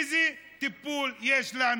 איזה טיפול יש לנו,